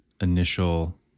initial